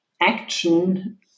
action